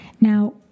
Now